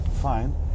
fine